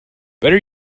better